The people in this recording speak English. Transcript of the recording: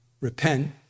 Repent